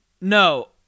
No